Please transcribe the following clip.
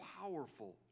powerful